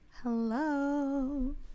Hello